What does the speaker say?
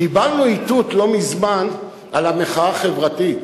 קיבלנו לא מזמן איתות של המחאה החברתית.